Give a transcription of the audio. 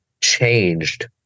changed